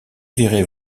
verrait